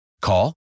Call